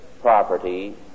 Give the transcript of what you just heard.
property